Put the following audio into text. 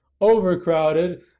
overcrowded